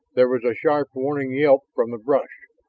there was a sharp warning yelp from the brush,